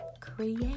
create